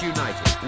United